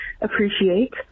appreciate